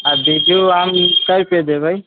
आ बीजु आम कए रुपैआ देब